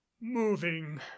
moving